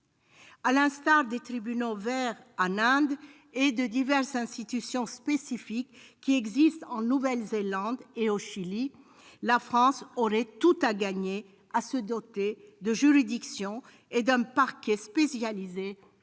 À l'instar des « tribunaux verts » en Inde et de diverses institutions spécifiques qui existent en Nouvelle-Zélande et au Chili, la France aurait tout à gagner à se doter de juridictions et d'un parquet spécialisés dans